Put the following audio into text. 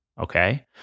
Okay